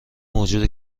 موجود